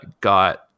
got